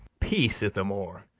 peace, ithamore!